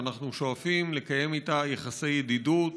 ואנחנו שואפים לקיים איתה יחסי ידידות